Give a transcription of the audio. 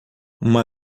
uma